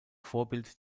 vorbild